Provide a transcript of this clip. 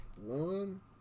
one